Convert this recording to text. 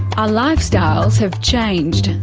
our lifestyles have changed.